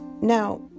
Now